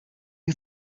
you